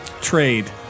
trade